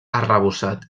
arrebossat